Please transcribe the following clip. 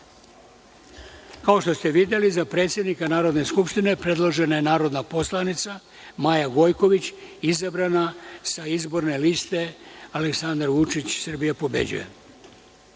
što ste videli, za predsednika Narodne skupštine predložena je narodna poslanica Maja Gojković, izabrana sa izborne liste ALEKSANDAR VUČIĆ – Srbija pobeđuje. Podsećam